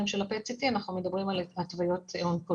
של PET CT אנחנו מדברים על התוויות אונקולוגיות.